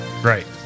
Right